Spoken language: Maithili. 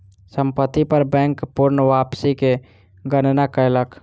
संपत्ति पर बैंक पूर्ण वापसी के गणना कयलक